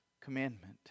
commandment